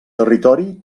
territori